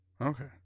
Okay